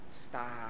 Stop